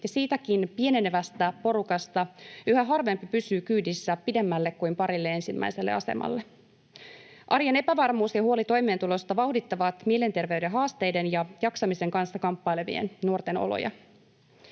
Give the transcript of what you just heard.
siitäkin pienenevästä porukasta yhä harvempi pysyy kyydissä pitemmälle kuin parille ensimmäiselle asemalle. Arjen epävarmuus ja huoli toimeentulosta vauhdittavat mielenterveyden haasteiden ja jaksamisen kanssa kamppailevien nuorten oloja.